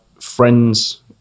friends